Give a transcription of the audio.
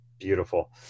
Beautiful